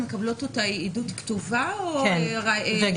מקבלות היא עדות כתובה או מצולמת?